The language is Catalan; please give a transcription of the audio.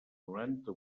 noranta